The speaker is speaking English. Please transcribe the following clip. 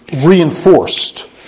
reinforced